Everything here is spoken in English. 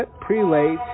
prelates